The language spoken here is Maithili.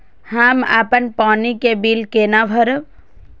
हम अपन पानी के बिल केना भरब?